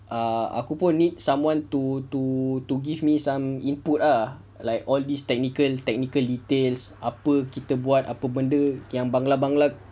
ah aku pun need someone to to to give me some input ah like all these technical technical details apa kita buat apa benda yang bangla bangla